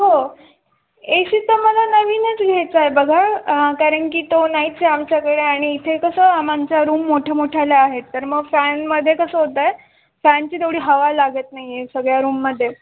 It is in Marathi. हो ए सी तरं मला नवीनच घ्यायचंय बघा कारण की तो नाहीच आहे आमच्याकडे आणि इथे कसं आमच्या रूम मोठे मोठ्याल्या आहेत तर मग फॅनमध्ये कसं होतंय फॅनची तेवडी हवा लागत नाहीये सगळ्या रूममध्ये